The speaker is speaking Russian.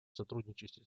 сотрудничестве